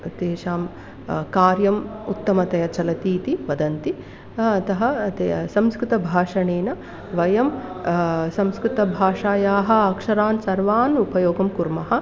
तेषां काव्यम् उत्तमतया चलति इति वदन्ति अतः तया संस्कृतभाषणेन वयं संस्कृतभाषायाः अक्षरान् सर्वान् उपयोगं कुर्मः